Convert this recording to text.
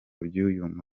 by’uyu